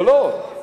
זה להאזנות סתר.